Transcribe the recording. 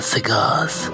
Cigars